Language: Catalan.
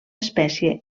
espècie